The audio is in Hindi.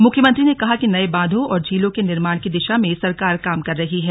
मुख्यमंत्री ने कहा कि नए बांधों और झीलों के निर्माण की दिशा में सरकार काम कर रही है